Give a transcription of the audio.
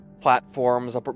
platforms